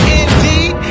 indeed